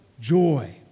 joy